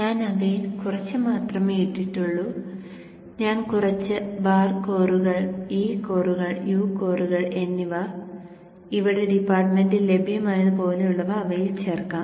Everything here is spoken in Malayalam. ഞാൻ അവയിൽ കുറച്ച് മാത്രമേ ഇട്ടിട്ടുള്ളൂ ഞാൻ കുറച്ച് ബാർ കോറുകൾ ഇ കോറുകൾ യു കോറുകൾ എന്നിവ ഇവിടെ ഡിപ്പാർട്ട്മെന്റിൽ ലഭ്യമായത് പോലെയുള്ളവ അവയിൽ ചേർക്കാം